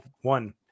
one